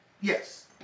Yes